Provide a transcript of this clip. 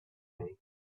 tree